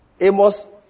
Amos